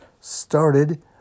started